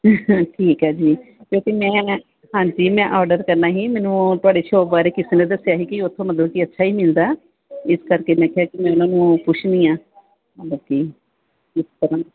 ਠੀਕ ਹੈ ਜੀ ਕਿਉਂਕਿ ਮੈਂ ਹਾਂਜੀ ਮੈਂ ਆਰਡਰ ਕਰਨਾ ਸੀ ਮੈਨੂੰ ਤੁਹਾਡੀ ਸ਼ੋਪ ਬਾਰੇ ਕਿਸੇ ਨੇ ਦੱਸਿਆ ਸੀ ਕਿ ਉਥੋਂ ਮਤਲਬ ਸੀ ਅੱਛਾ ਹੀ ਮਿਲਦਾ ਇਸ ਕਰਕੇ ਮੈਂ ਕਿਹਾ ਕਿ ਮੈਂ ਉਹਨਾਂ ਨੂੰ ਪੁੱਛਦੀ ਹਾਂ ਬਾਕੀ ਕਿਸ ਤਰ੍ਹਾਂ